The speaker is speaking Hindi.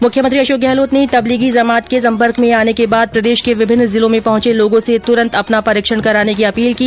मुख्यमंत्री अशोक गहलोत ने तबलीगी जमात के सम्पर्क में आने के बाद प्रदेश के विभिन्न जिलों में पहुंचे लोगों से तुरंत अपना परीक्षण कराने की अपील की